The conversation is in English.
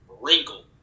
wrinkle